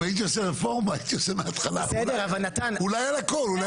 אם הייתי עושה רפורמה הייתי עושה מהתחלה אולי על הכול.